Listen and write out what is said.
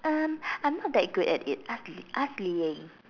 um I'm not that good at it ask ask Li-Ying